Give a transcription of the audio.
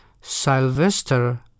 Sylvester